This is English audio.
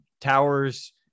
towers